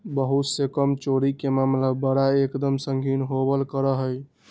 बहुत से कर चोरी के मामला बड़ा एक दम संगीन होवल करा हई